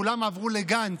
כולם עברו לגנץ,